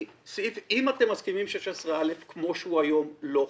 אם אתם מסכימים שסעיף 16א כמו שהוא היום לא חל,